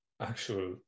actual